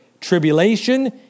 tribulation